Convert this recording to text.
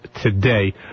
today